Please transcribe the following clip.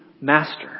master